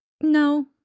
No